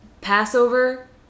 Passover